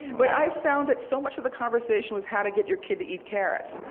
but i found that so much of the conversation was how to get your kid to eat carrots.